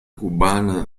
cubana